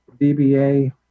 DBA